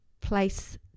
place